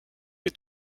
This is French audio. est